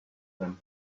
them